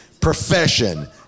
Profession